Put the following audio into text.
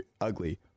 ugly